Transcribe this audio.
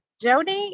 donate